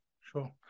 sure